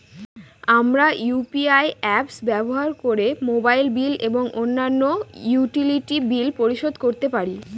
আমরা UPI apps ব্যবহার করে মোবাইল বিল এবং অন্যান্য ইউটিলিটি বিল পরিশোধ করতে পারি